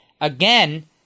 Again